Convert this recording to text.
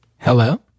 Hello